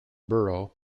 borough